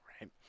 right